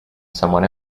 someone